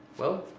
well,